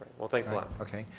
well, thanks a lot. okay,